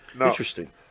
Interesting